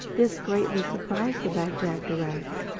this greatly surprised the bag-jagderags.